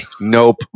Nope